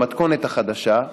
במתכונת החדשה,